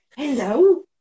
Hello